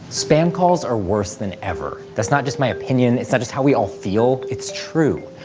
spam calls are worse than ever. that's not just my opinion, it's not just how we all feel, it's true.